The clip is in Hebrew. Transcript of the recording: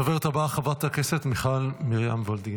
הדוברת הבאה חברת הכנסת מיכל מרים וולדיגר,